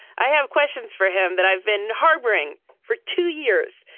i have questions for him that i've been harboring for two years.